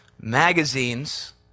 magazines